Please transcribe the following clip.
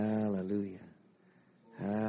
Hallelujah